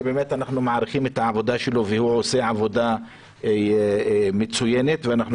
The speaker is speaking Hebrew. שבאמת אנחנו מעריכים את העבודה שלו והוא עושה עבודה מצוינת ואנחנו